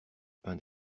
pain